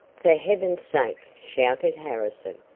for heaven's sake! shouted harrison,